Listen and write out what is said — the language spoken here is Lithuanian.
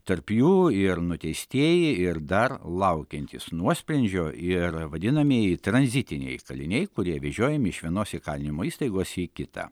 tarp jų ir nuteistieji ir dar laukiantys nuosprendžio ir vadinamieji tranzitiniai kaliniai kurie vežiojami iš vienos įkalinimo įstaigos į kitą